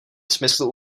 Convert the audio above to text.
smyslu